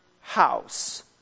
house